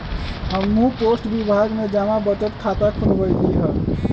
हम्हू पोस्ट विभाग में जमा बचत खता खुलवइली ह